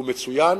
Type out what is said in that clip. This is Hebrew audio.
הוא מצוין,